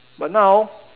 but now